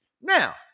Now